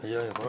הישיבה